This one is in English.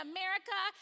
America